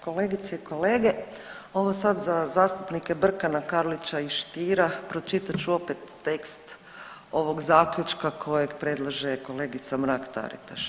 Kolegice i kolege, ovo sad za zastupnike Brkana, Karlića i Stiera pročitat ću opet tekst ovog zaključka kojeg predlaže kolegica Mrak-Taritaš.